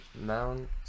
Mount